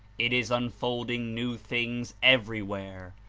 it is unfolding new things everywhere.